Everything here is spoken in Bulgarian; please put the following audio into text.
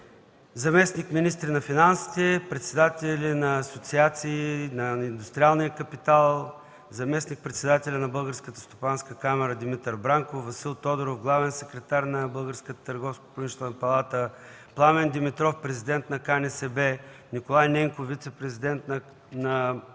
заместник-министри на финансите, председателят на Асоциацията на индустриалния капитал, заместник-председателят на Българската стопанска камара Димитър Бранков, Васил Тодоров – главен секретар на Българската търговско-промишлена палата, Пламен Димитров – президент на КНСБ, Николай Ненков – вицепрезидент на КНСБ,